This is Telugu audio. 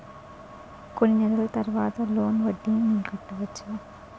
కొన్ని నెలల తర్వాత లోన్ వడ్డీని నేను కట్టవచ్చా?